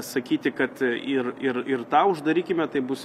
sakyti kad ir ir ir tą uždarykime tai bus